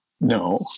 no